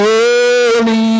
holy